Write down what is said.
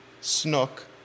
Snook